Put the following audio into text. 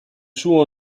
suo